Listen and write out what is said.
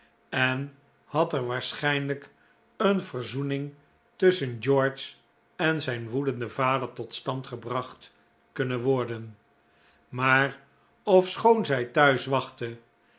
en had er waarschijnlijk een verzoening tusschen george en zijn woedenden vader tot stand gebracht kunnen worden maar ofschoon zij thuis wachtte